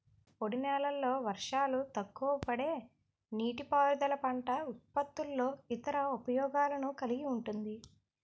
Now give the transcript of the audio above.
పొడినేలల్లో వర్షాలు తక్కువపడే నీటిపారుదల పంట ఉత్పత్తుల్లో ఇతర ఉపయోగాలను కలిగి ఉంటుంది